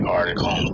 article